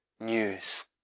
news